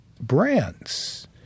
brands